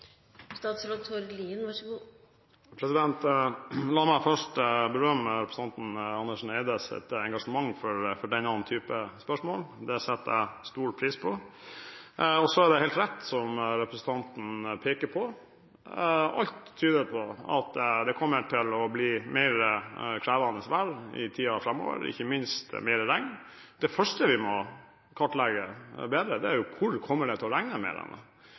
La meg først berømme representanten Andersen Eides engasjement for denne typen spørsmål. Det setter jeg stor pris på. Så er det helt rett som representanten peker på, at alt tyder på at det kommer til å bli mer krevende vær i tiden framover, ikke minst mer regn. Det første vi må kartlegge bedre, er hvor det kommer til å regne mer. Det har allerede Meteorologisk institutt sammen med